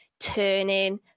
turning